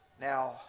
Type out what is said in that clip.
Now